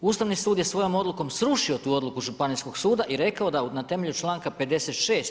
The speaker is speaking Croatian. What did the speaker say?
Ustavni sud je svojom odlukom srušio tu odluku županijskog suda i rekao da na temelju čl. 56.